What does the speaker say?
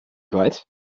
kwijt